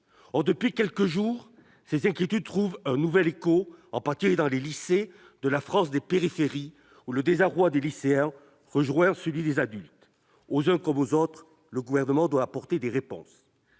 Or, depuis quelques jours, ces inquiétudes trouvent un nouvel écho, en particulier dans les lycées de la France des périphéries où le désarroi des lycéens rejoint celui des adultes. Aux uns comme aux autres, le Gouvernement doit apporter des réponses.